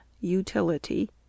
Utility